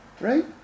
right